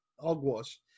hogwash